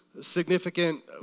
significant